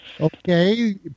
okay